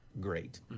great